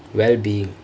wellbeingk